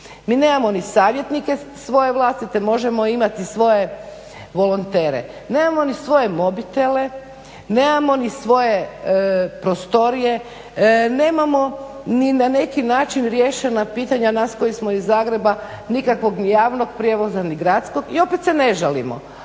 Mi nemamo ni savjetnike svoje vlastite, možemo imati svoje volontere. Nemamo ni svoje mobitele, nemamo ni svoje prostorije, nemamo ni na neki način riješena pitanja nas koji smo iz Zagreba nikakvog ni javnog prijevoza ni gradskog i opet se ne žalimo.